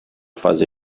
fase